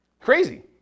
Crazy